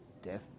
Death